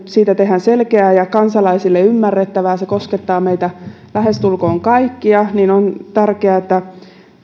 siitä tehdään selkeä ja kansalaisille ymmärrettävä se koskettaa lähestulkoon meitä kaikkia niin että on tärkeää että